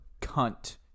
cunt